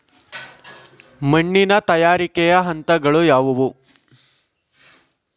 ಮಣ್ಣಿನ ತಯಾರಿಕೆಯ ಹಂತಗಳು ಯಾವುವು?